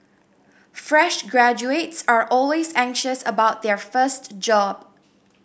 fresh graduates are always anxious about their first job